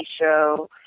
show